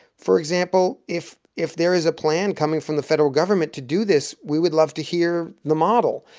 for example, if if there is a plan coming from the federal government to do this, we would love to hear the model.